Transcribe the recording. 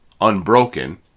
Unbroken